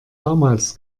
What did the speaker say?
damals